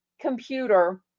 computer